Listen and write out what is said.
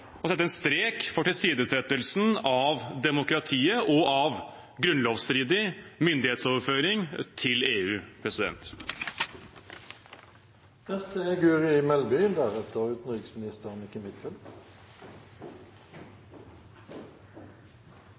sette en strek over tilsidesettelsen av demokratiet og av grunnlovsstridig myndighetsoverføring til EU.